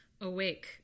Awake